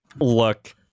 Look